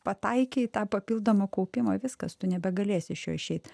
pataikei į tą papildomą kaupimą viskas tu nebegalėsi iš jo išeit